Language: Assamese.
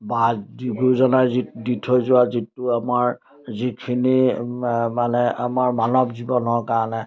বা গুৰুজনাই যি দি থৈ যোৱা যিটো আমাৰ যিখিনি মানে আমাৰ মানৱ জীৱনৰ কাৰণে